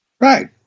Right